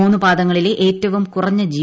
മൂന്ന് പാദങ്ങളിലെ ഏറ്റവുംകുറഞ്ഞ ജി